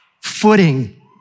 footing